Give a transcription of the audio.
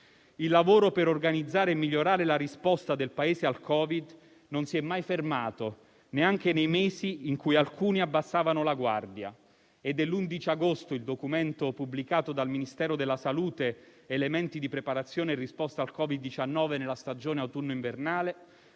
Il lavoro per organizzare e migliorare la risposta del Paese al Covid non si è mai fermato, neanche nei mesi in cui alcuni abbassavano la guardia. È dell'11 agosto il documento pubblicato dal Ministero della salute «Elementi di preparazione e risposta al Covid-19 nella stagione autunno-invernale»,